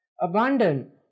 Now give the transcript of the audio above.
Abandon